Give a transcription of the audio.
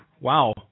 wow